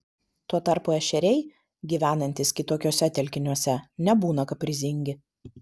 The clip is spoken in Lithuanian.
tuo tarpu ešeriai gyvenantys kitokiuose telkiniuose nebūna kaprizingi